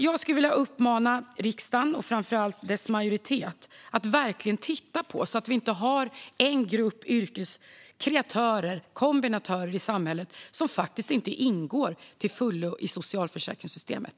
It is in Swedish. Jag skulle vilja uppmana riksdagen, och framför allt dess majoritet, att verkligen titta på detta så att vi inte har en grupp yrkeskreatörer och kombinatörer i samhället som inte ingår till fullo i socialförsäkringssystemet.